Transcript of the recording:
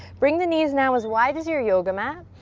bring the knees now as wide as your yoga mat.